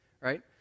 right